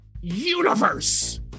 universe